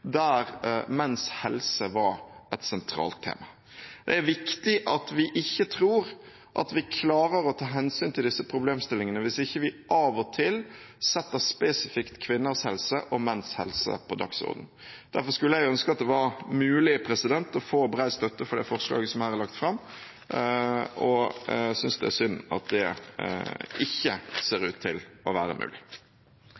der menns helse var et sentralt tema. Det er viktig at vi ikke tror at vi klarer å ta hensyn til disse problemstillingene hvis ikke vi av og til setter spesifikt kvinners helse og menns helse på dagsordenen. Derfor skulle jeg ønske at det var mulig å få bred støtte for det forslaget som her er lagt fram, og jeg synes det er synd at det ikke ser ut til å være mulig.